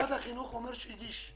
משרד החינוך אומר שהגיש.